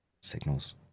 signals